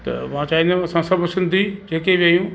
त मां चवंदमि असां सभु सिंधी ट्रेकिंग कयूं